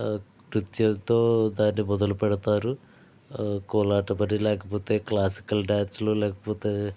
ఆ నృత్యంతో దాన్ని మొదలు పెడతారు కోలాటం అనేది లేకపోతే క్లాసికల్ డాన్స్లో లేకపోతే